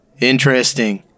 interesting